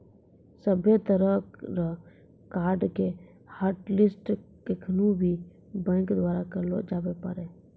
सभ्भे तरह रो कार्ड के हाटलिस्ट केखनू भी बैंक द्वारा करलो जाबै पारै